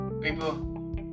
People